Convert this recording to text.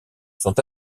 sont